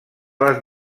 les